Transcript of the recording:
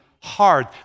hard